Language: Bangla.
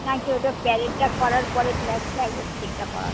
না কি ওটা প্যারেডটা করার পরে ফ্ল্যাগ ফ্ল্যাগ হোয়েস্টিংটা করাবে